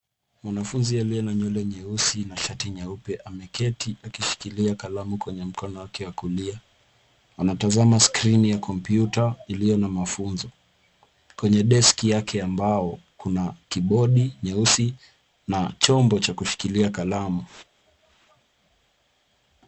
Mwanafunzi aliye na nywele nyeusi na shati nyeupe ameketi akishikilia kalamu kwenye mkono wake wa kulia. Anatazama skrini ya kompyuta iliyo na mafunzo. Kwenye desk yake ya mbao kuna kibodi nyeusi na chombo cha kushikilia kalamu.